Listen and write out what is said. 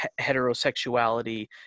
heterosexuality